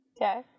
Okay